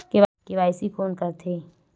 KYC कोन करथे?